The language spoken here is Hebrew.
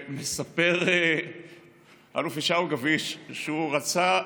מספר אלוף ישעיהו גביש שהוא רצה,